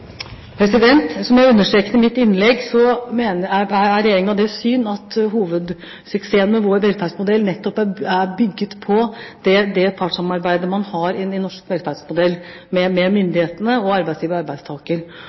Som jeg understreket i mitt innlegg, har Regjeringen det syn at hovedsuksessen med vår velferdsmodell nettopp er bygd på det partssamarbeidet man har i